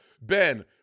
Ben